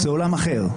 זה עולם אחר.